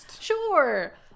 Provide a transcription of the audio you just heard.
Sure